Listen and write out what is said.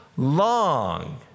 Long